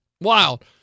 Wild